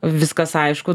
viskas aišku